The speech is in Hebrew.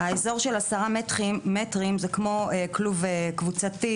האזור של עשר המטרים הוא כמו כלוב קבוצתי,